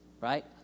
right